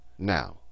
Now